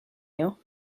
you